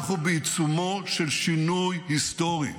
אנחנו בעיצומו של שינוי היסטורי.